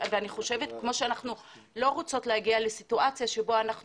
כמו שאנחנו לא רוצות להגיע לסיטואציה שבה אנחנו